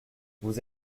vous